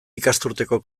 ikasturteko